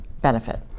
benefit